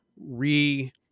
re-